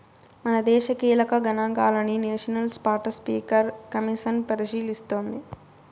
మనదేశ కీలక గనాంకాలని నేషనల్ స్పాటస్పీకర్ కమిసన్ పరిశీలిస్తోంది